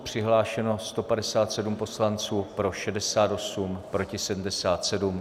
Přihlášeno 157 poslanců, pro 68, proti 77.